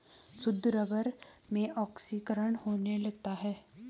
शुद्ध रबर में ऑक्सीकरण होने लगता है